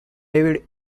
david